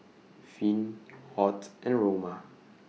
Finn Ott and Roma